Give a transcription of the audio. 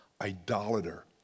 idolater